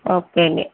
okay అండి